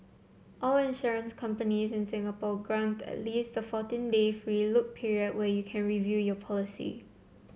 all insurance companies in Singapore grant at least a fourteen day free look period where you can review your policy